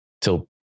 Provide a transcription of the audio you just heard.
till